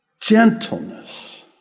gentleness